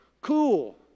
cool